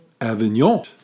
Avignon